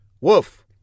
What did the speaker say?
Woof